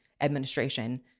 administration